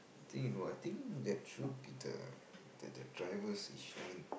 I think no I think that should be the the the driver's issue I mean